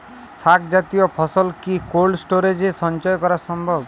শাক জাতীয় ফসল কি কোল্ড স্টোরেজে সঞ্চয় করা সম্ভব?